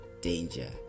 danger